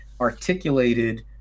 articulated